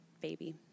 baby